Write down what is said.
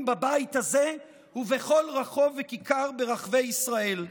בבית הזה ובכל רחוב וכיכר ברחבי ישראל.